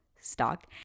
stock